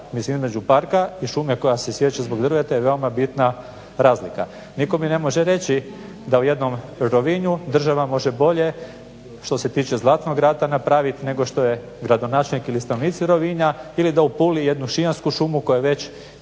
Mislim između parka i šume koja se siječe zbog drveta je veoma bitna razlika. Nitko mi ne može reći da u jednom Rovinju država može bolje što se tiče Zlatnog rata napravit nego što je gradonačelnik ili stanovnici Rovinja ili da u Puli jednu Šijansku šumu koja je već